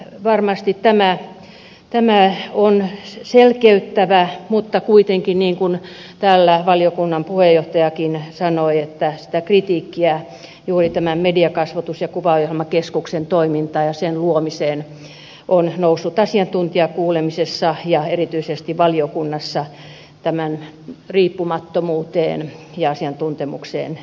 varmasti tämä on selkeyttävää mutta kuitenkin niin kuin täällä valiokunnan puheenjohtajakin sanoi sitä kritiikkiä juuri tämän mediakasvatus ja kuvaohjelmakeskuksen toiminnasta ja luomisesta on noussut asiantuntijakuulemisessa ja erityisesti valiokunnassa riippumattomuuteen ja asiantuntemukseen liittyen